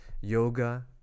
yoga